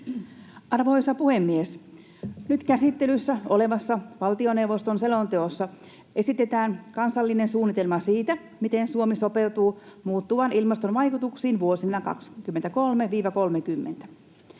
Arvoisa puhemies! Nyt käsittelyssä olevassa valtioneuvoston selonteossa esitetään kansallinen suunnitelma siitä, miten Suomi sopeutuu muuttuvan ilmaston vaikutuksiin vuosina 23—30.